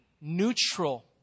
neutral